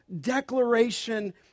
declaration